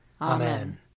Amen